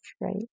Right